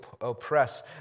oppress